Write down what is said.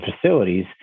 facilities